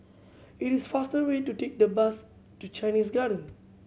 it is faster to take the bus to Chinese Garden